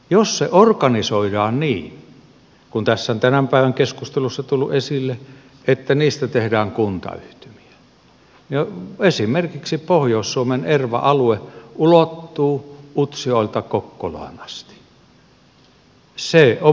jos se organisoidaan niin kuin tässä on tämän päivän keskustelussa tullut esille että niistä tehdään kuntayhtymiä esimerkiksi pohjois suomen erva alue ulottuu utsjoelta kokkolaan asti se on melkoinen himmeli